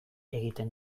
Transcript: egiten